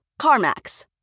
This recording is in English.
CarMax